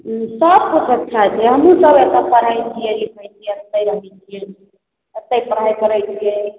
सबकिछु अच्छा छै हमहुँ सब एतऽ पढ़य छियै लिखै छियै एतय रहय छियै एतय पढ़ाइ करय छियै